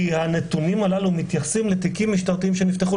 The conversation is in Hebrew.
כי הנתונים הללו מתייחסים לתיקים משטרתיים שנפתחו,